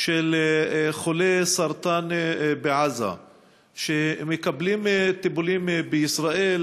של חולי סרטן בעזה שמקבלים טיפולים בישראל,